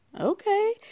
okay